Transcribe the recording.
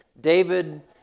David